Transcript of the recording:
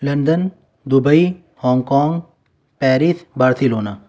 London Dubai Hong Kong Paris Barcelona